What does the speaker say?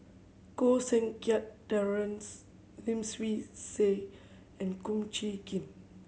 Koh Seng Kiat Terence Lim Swee Say and Kong Chee Kin